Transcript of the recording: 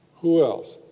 who else?